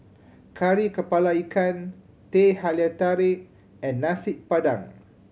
Kari Kepala Ikan Teh Halia Tarik and Nasi Padang